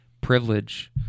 privilege